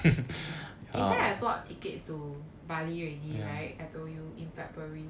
in fact I bought tickets to bali already right I told you in february